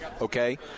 okay